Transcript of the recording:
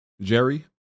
Jerry